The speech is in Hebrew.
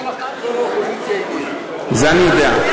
את זה אני יודע.